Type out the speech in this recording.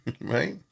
Right